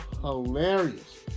hilarious